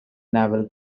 naval